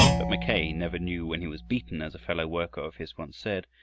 but mackay never knew when he was beaten, as a fellow worker of his once said,